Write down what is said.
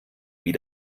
wie